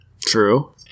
true